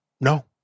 no